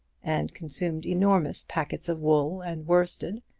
and consumed enormous packets of wool and worsted,